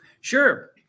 Sure